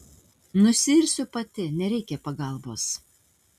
nusiirsiu pati nereikia pagalbos